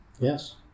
Yes